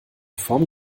form